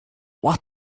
what